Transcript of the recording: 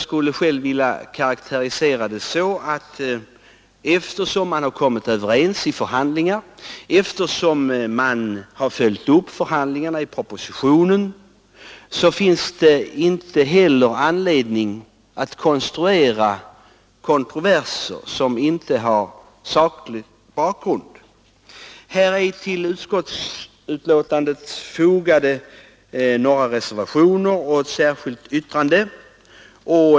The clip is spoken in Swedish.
Men eftersom man har kommit överens i förhandlingar och eftersom man har följt upp förhandlingarna i propositionen, anser jag för min del att det inte finns någon anledning att konstruera kontroverser som inte har saklig bakgrund. Till utskottsbetänkandet finns fogade två reservationer och ett särskilt yttrande.